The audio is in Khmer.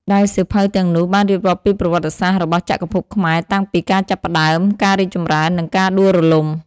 ដែលសៀវភៅទាំងនោះបានរៀបរាប់ពីប្រវត្តិសាស្ត្ររបស់ចក្រភពខ្មែរតាំងពីការចាប់ផ្ដើម ការរីកចម្រើន និងការដួលរលំ។